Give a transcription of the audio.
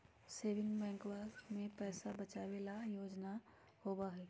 saving बैंकवा में पैसा बचावे ला योजना होबा हई